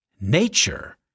nature